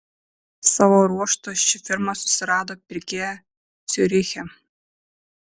savo ruožtu ši firma susirado pirkėją ciuriche